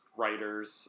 writers